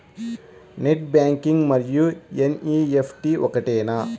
Net banking మరియు NEFT ఒకటేనా?